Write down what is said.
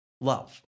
love